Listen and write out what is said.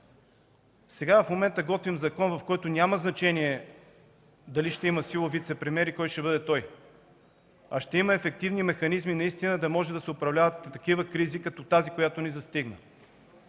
В момента готвим закон, в който няма значение дали ще има силов вицепремиер и кой ще бъде той, а ще има наистина ефективни механизми, за да могат да се управляват такива кризи, като тази, която ни застигна.